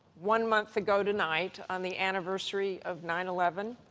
one month ago tonight, on the anniversary of nine eleven,